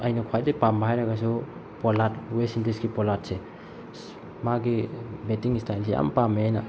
ꯑꯩꯅ ꯈ꯭ꯋꯥꯏꯗꯒꯤ ꯄꯥꯝꯕ ꯍꯥꯏꯔꯒꯁꯨ ꯄꯣꯂꯥꯠ ꯋꯦꯁ ꯏꯟꯗꯤꯁꯀꯤ ꯄꯣꯂꯥꯠꯁꯦ ꯑꯁ ꯃꯥꯒꯤ ꯕꯦꯠꯇꯤꯡ ꯏꯁꯇꯥꯏꯜꯁꯦ ꯌꯥꯝ ꯄꯥꯝꯃꯦ ꯑꯩꯅ